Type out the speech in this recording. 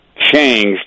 changed